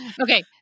Okay